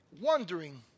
Wondering